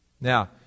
now